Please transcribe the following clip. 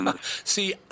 See